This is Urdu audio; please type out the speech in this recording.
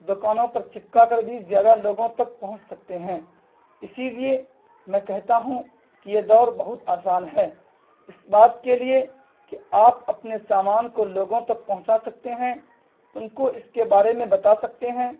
دکانوں پر چپکا کر بھی زیادہ لوگوں تک پہنچ سکتے ہیں اسی لیے میں کہتا ہوں کہ یہ دور بہت آسان ہے اس بات کے لیے کہ آپ اپنے سامان کو لوگوں تک پہنچا سکتے ہیں ان کو اس کے بارے میں بتا سکتے ہیں